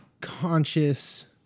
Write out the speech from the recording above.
conscious